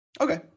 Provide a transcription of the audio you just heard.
Okay